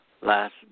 last